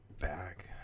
back